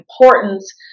importance